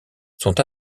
sont